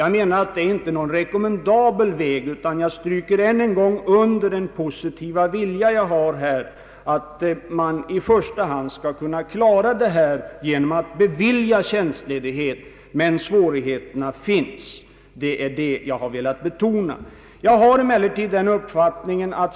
Jag menar inte att detta är någon rekommendabel väg; jag stryker än en gång under min positiva inställning till att tjänstledighet beviljas.